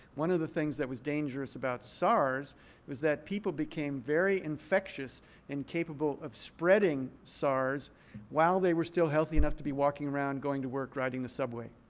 one of the things that was dangerous about sars was that people became very infectious and capable of spreading sars while they were still healthy enough to be walking around, going to work, riding the subway.